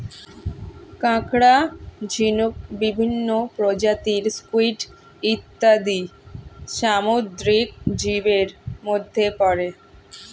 কাঁকড়া, ঝিনুক, বিভিন্ন প্রজাতির স্কুইড ইত্যাদি সামুদ্রিক জীবের মধ্যে পড়ে